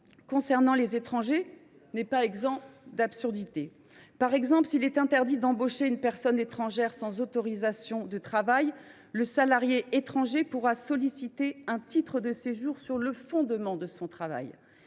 lorsqu’il s’applique aux étrangers. Par exemple, s’il est interdit d’embaucher une personne étrangère sans autorisation de travail, le salarié étranger pourra solliciter un titre de séjour sur le fondement de son travail.